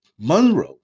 Monroe